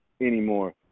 anymore